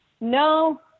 no